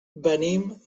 venim